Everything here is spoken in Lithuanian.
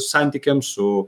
santykiams su